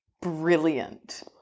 brilliant